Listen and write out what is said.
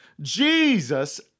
Jesus